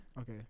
Okay